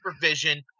supervision